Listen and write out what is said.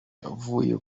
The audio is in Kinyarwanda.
yavuye